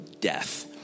death